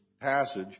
passage